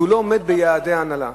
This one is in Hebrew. לא עומד ביעדי ההנהלה.